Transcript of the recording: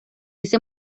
ese